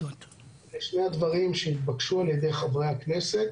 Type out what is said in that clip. שני הדברים שהתבקשו על ידי חברי הכנסת